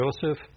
Joseph